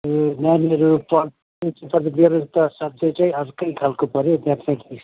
ए नानीहरू सब्जेक्टै अर्कै खालको पऱ्यो म्याथम्याटिक्स्